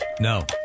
No